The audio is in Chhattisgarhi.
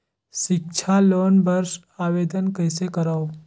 सिक्छा लोन बर आवेदन कइसे करव?